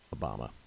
Obama